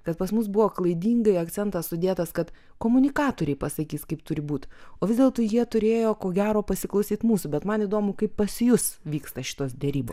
kad pas mus buvo klaidingai akcentas sudėtas kad komunikatoriai pasakys kaip turi būt o vis dėlto jie turėjo ko gero pasiklausyt mūsų bet man įdomu kaip pas jus vyksta šitos derybos